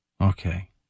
Okay